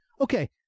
Okay